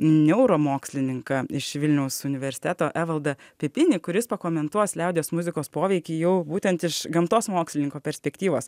neuromokslininką iš vilniaus universiteto evaldą pipinį kuris pakomentuos liaudies muzikos poveikį jau būtent iš gamtos mokslininko perspektyvos